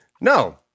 no